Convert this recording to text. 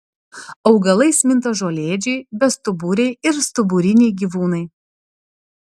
augalais minta žolėdžiai bestuburiai ir stuburiniai gyvūnai